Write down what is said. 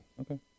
Okay